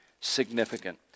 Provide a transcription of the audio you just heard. significant